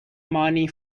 money